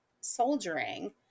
soldiering